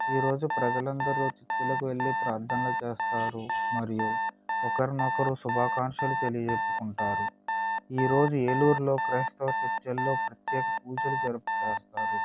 ఈరోజు ప్రజలందరూ చర్చిలకు వెళ్ళి ప్రార్థనలు చేస్తారు మరియు ఒకరికొకరు శుభాకాంక్షలు తెలియ చేసుకుంటారు ఈరోజు ఏలూరులో క్రైస్తవ చర్చల్లో ప్రత్యేక పూజలు జరుపు చేస్తారు